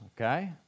okay